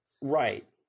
Right